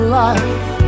life